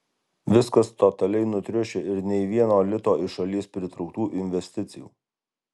viskas totaliai nutriušę ir nei vieno lito iš šalies pritrauktų investicijų